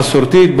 המסורתית,